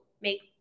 make